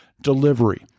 delivery